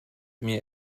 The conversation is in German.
mir